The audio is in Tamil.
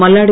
மல்லாடி